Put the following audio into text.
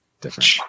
different